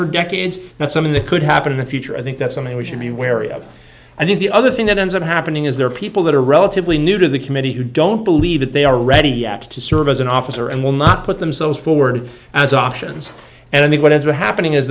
for decades that some of that could happen in the future i think that's something we should be wary of i think the other thing that ends up happening is there are people that are relatively new to the committee who don't believe that they are ready yet to serve as an officer and will not put themselves forward as options and i think what is are happening is